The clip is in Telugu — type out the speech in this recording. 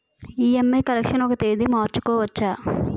ఇ.ఎం.ఐ కలెక్షన్ ఒక తేదీ మార్చుకోవచ్చా?